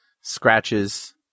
Scratches